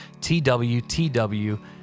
twtw